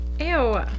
Ew